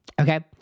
okay